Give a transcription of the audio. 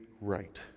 right